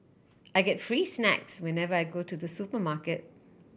I get free snacks whenever I go to the supermarket